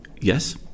yes